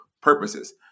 purposes